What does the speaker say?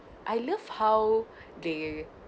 I love how they